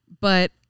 but-